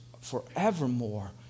forevermore